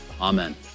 Amen